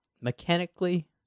Mechanically